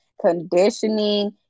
conditioning